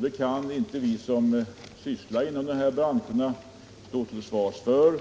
Det kan vi som är sysselsatta inom dessa branscher inte stå till svars för.